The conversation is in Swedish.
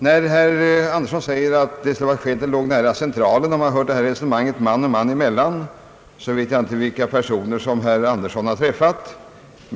När herr Andersson säger att man i resonemangen man och man emellan talar om närheten till Centralen så vet jag inte vilka personer han har träffat.